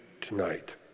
tonight